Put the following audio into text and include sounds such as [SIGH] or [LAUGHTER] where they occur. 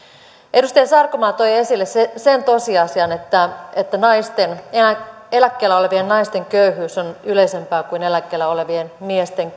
edustaja sarkomaa toi esille sen tosiasian että että eläkkeellä olevien naisten köyhyys on yleisempää kuin eläkkeellä olevien miesten [UNINTELLIGIBLE]